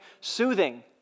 soothing